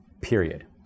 Period